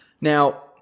Now